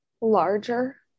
larger